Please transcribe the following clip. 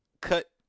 cut